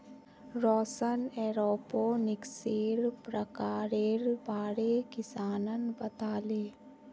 रौशन एरोपोनिक्सेर प्रकारेर बारे किसानक बताले